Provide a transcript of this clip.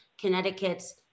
Connecticut's